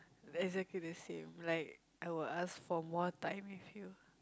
exactly the same like I will ask for more time with you